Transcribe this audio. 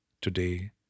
today